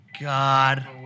God